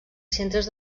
centres